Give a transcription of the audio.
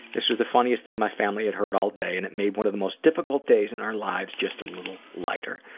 this was the funniest thing my family had heard all day and it made one of the most difficult days in our lives just a little lighter.